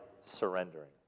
surrendering